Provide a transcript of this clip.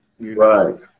Right